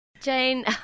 Jane